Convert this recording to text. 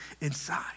inside